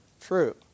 true